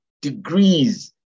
degrees